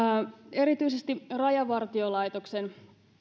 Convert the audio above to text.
erityisesti rajavartiolaitoksen